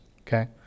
Okay